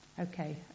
Okay